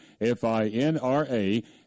FINRA